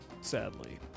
Sadly